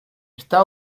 está